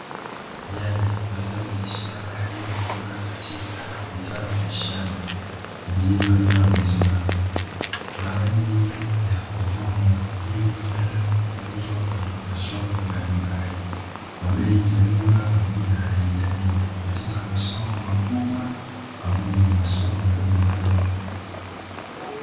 Nyanya mazao ya biashara yaliyokomaa katika vitalu vya shamba vilivyolimwa vizuri kwa ajili ya kuvunwa ili kwenda kuuzwa kwenye masoko mbalimbali. kwa bei za jumla pamoja na rejareja katika masoko makubwa pamoja na masoko madogomadogo.